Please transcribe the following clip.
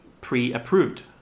pre-approved